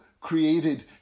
created